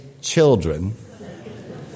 children